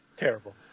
Terrible